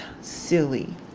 Silly